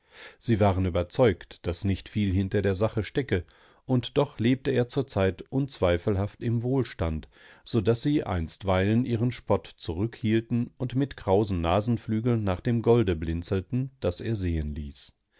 sie waren überzeugt daß nicht viel hinter der sache stecke und doch lebte er zur zeit unzweifelhaft im wohlstand so daß sie einstweilen ihren spott zurückhielten und mit krausen nasenflügeln nach dem golde blinzelten das er sehen ließ